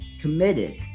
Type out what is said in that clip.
committed